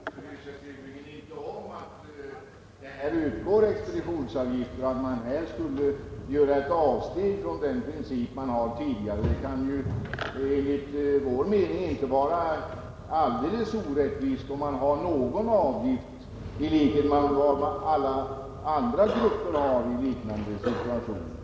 Herr talman! Herr Larsson i Umeå bryr sig tydligen inte om att här utgår expeditionsavgifter och att man därför skulle göra ett avsteg från den princip man haft tidigare. Det kan enligt vår mening inte vara helt orättvist om man tar ut någon avgift i likhet med vad man gör för alla 115 andra grupper i liknande situationer.